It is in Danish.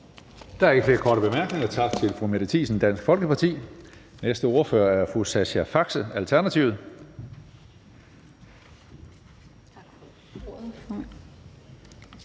Der er ikke flere korte bemærkninger. Tak til fru Mette Thiesen, Dansk Folkeparti. Næste ordfører er fru Sascha Faxe, Alternativet.